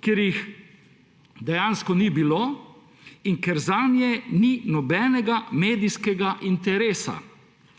ker jih dejansko ni bilo in ker zanje ni nobenega medijskega interesa,